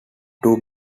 two